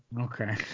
Okay